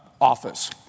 office